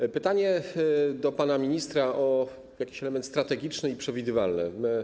Mam pytanie do pana ministra o element strategiczny i przewidywalny.